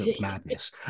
madness